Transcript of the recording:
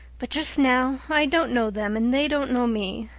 but just now i don't know them and they don't know me,